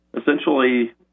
essentially